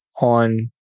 on